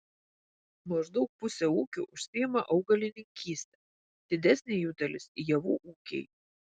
maždaug pusė ūkių užsiima augalininkyste didesnė jų dalis javų ūkiai